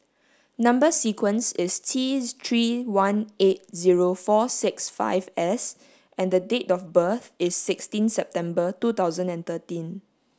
number sequence is T three one eight zero four six five S and the date of birth is sixteen September two thousand and thirteen